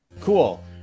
cool